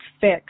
fix